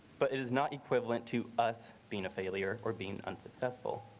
but it is not equivalent to us being a failure or being unsuccessful.